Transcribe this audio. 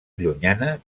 llunyana